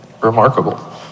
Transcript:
remarkable